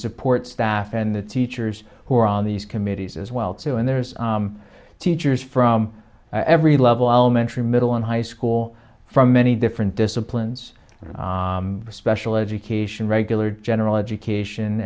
support staff and the teachers who are on these committees as well too and there's teachers from every level elementary middle and high school from many different disciplines and special education regular general education